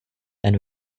and